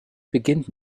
beginnt